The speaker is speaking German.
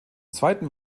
zweiten